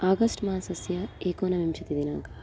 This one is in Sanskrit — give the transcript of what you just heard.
आगस्ट् मासस्य एकोनविंशतिदिनाङ्कः